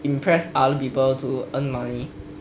impress other people to earn money